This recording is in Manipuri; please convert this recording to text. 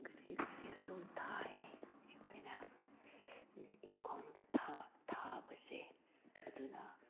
ꯀꯔꯤ ꯀꯔꯤ ꯑꯗꯨꯝ ꯊꯥꯏꯌꯦ ꯑꯩꯈꯣꯏꯅ ꯏꯪꯈꯣꯜꯗ ꯊꯥꯕꯁꯦ ꯑꯗꯨꯅ